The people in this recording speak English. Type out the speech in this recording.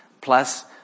plus